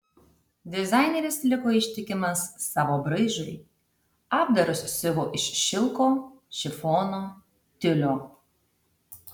dizaineris liko ištikimas savo braižui apdarus siuvo iš šilko šifono tiulio